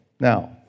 Now